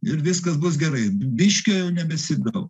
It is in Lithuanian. ir viskas bus gerai biškio jau nebesigaus